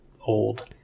old